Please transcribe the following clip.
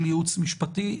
של ייעוץ משפטי,